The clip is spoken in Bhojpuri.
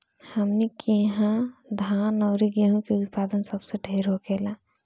हमनी किहा धान अउरी गेंहू के उत्पदान सबसे ढेर होखेला